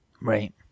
Right